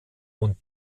und